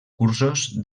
cursos